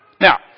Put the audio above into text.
Now